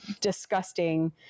disgusting